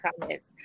comments